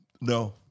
No